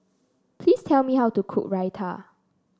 please tell me how to cook Raita